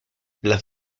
las